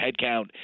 headcount